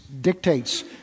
dictates